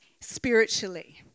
spiritually